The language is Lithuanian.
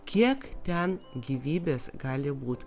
kiek ten gyvybės gali būti